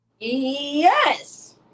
Yes